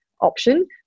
option